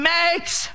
makes